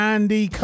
Andy